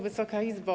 Wysoka Izbo!